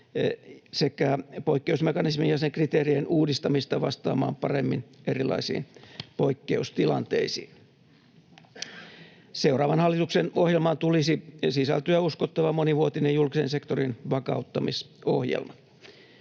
sekä poikkeusmekanismin ja sen kriteerien uudistamista vastaamaan paremmin erilaisiin poikkeustilanteisiin. Seuraavan hallituksen ohjelmaan tulisi sisältyä uskottava monivuotinen julkisen sektorin vakauttamisohjelma.